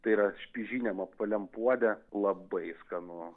tai yra špižiniam apvaliam puode labai skanu